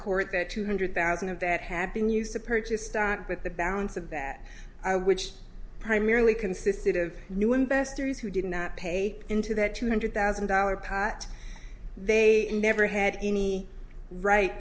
court that two hundred thousand of that had been used to purchase stock but the balance of that which primarily consisted of new investors who didn't pay into that two hundred thousand dollars they never had any right